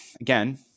again